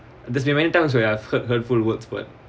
there's many times where I've heard hurtful words but